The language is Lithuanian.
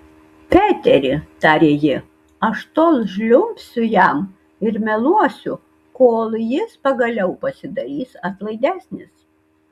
peteri tarė ji aš tol žliumbsiu jam ir meluosiu kol jis pagaliau pasidarys atlaidesnis